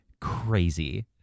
crazy